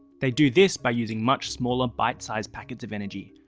they do this by using much smaller bite-sized packets of energy,